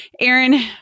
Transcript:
Aaron